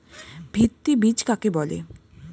ভিত্তি বীজ কাকে বলে?